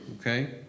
Okay